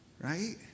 right